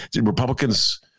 Republicans